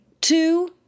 two